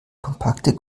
kompakte